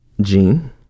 Gene